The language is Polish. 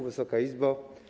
Wysoka Izbo!